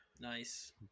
Nice